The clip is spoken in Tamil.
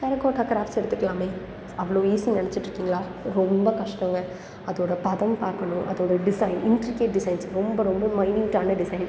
டெரக்கோட்டா க்ராப்ட்ஸ் எடுத்துக்கலாமே அவ்வளோ ஈஸின்னு நினைச்சுட்ருக்கீங்களா ரொம்ப கஷ்டம்ங்க அதோடய பதம் பார்க்கணும் அதோடய டிசைன் இன்ட்ரிகேட் டிசைன்ஸ் ரொம்ப ரொம்ப மைன்யூட்டான டிசைன்ஸ்